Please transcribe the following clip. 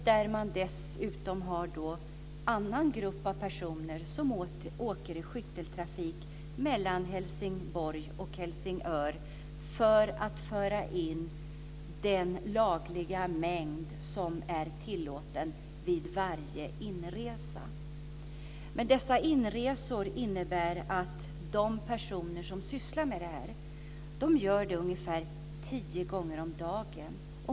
Där finns en annan grupp av personer som åker i skytteltrafik mellan Helsingborg och Helsingör för att vid varje inresa föra in den mängd som är tillåten. De personer som sysslar med det här gör cirka tio inresor om dagen.